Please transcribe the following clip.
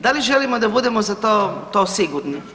Da li želimo da budemo za to sigurni?